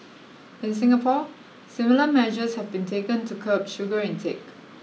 in Singapore similar measures have been taken to curb sugar intake